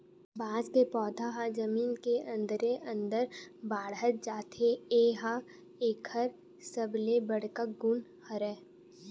बांस के पउधा ह जमीन के अंदरे अंदर बाड़हत जाथे ए ह एकर सबले बड़का गुन हरय